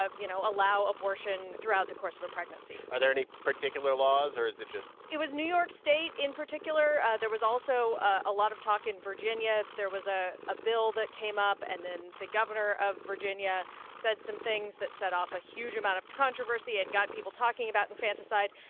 you know, allow abortion throughout the course of a pregnancy are there any particular laws, or is it just. it was new york state in particular. there was also a a lot of talk in virginia. there was a a bill that came up. and then the governor of virginia said some things that set off a huge amount of controversy and got people talking about infanticide.